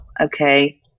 okay